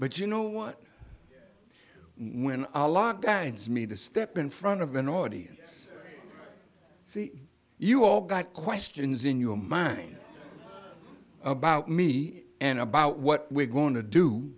but you know what when a lot guides me to step in front of an audience see you all got questions in your mind about me and about what we're going to do